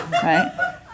Right